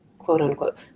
quote-unquote